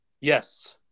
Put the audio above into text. Yes